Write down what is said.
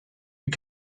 you